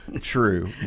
True